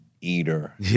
eater